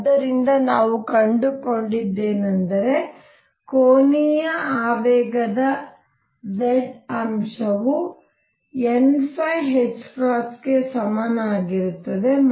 ಆದ್ದರಿಂದ ನಾವು ಕಂಡುಕೊಂಡದ್ದೇನೆಂದರೆ ಕೋನೀಯ ಆವೇಗದ z ಅಂಶವು n ಗೆ ಸಮಾನವಾಗಿರುತ್ತದೆ